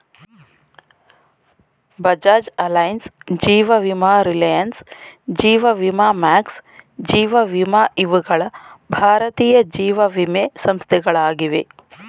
Bajaj Allianz, ಜೀವ ವಿಮಾ Reliance, ಜೀವ ವಿಮಾ ಮ್ಯಾಕ್ಸ್, ಜೀವ ವಿಮಾ ಇವುಗಳ ಭಾರತೀಯ ಜೀವವಿಮೆ ಸಂಸ್ಥೆಗಳಾಗಿವೆ